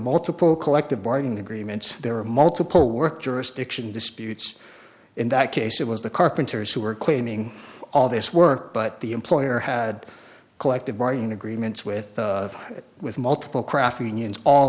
multiple collective bargaining agreements there were multiple work jurisdiction disputes in that case it was the carpenters who were claiming all this work but the employer had collective bargaining agreements with with multiple craft unions all